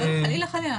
חלילה, חלילה.